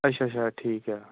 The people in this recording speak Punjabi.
ਅੱਛਾ ਅੱਛਾ ਠੀਕ ਆ